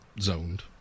zoned